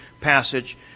passage